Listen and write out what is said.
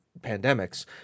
pandemics